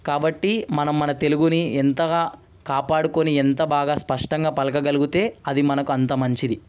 కాబట్టి మనం మన తెలుగుని ఎంతగా కాపాడుకొని ఎంత బాగా స్పష్టంగా పలుకగలుగుతే అది మనకు అంత మంచిది